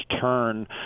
turn